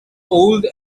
old